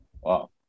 Wow